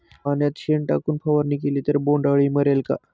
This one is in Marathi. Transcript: पाण्यात शेण टाकून फवारणी केली तर बोंडअळी मरेल का?